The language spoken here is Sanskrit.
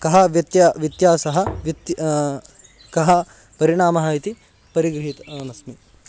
कः व्यत्यासः व्यत्यासः व्यत्ययः कः परिणामः इति परिगृहीतवान् अस्मि